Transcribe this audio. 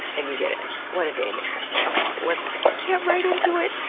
and you get in. what a day maker! okay, let's get right into it!